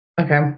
Okay